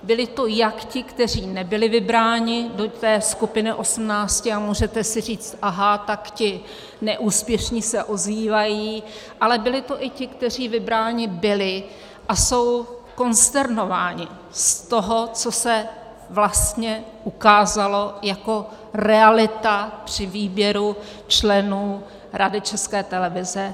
Byli to jak ti, kteří nebyli vybráni do skupiny 18 a můžete si říct aha, tak ti neúspěšní se ozývají , ale byli to i ti, kteří vybráni byli a jsou konsternováni z toho, co se vlastně ukázalo jako realita při výběru členů Rady České televize.